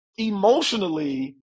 Emotionally